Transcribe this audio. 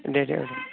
दे दे